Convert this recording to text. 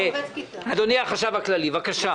אדוני החשב הכללי, בבקשה.